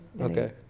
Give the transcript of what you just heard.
Okay